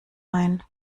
ein